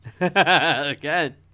again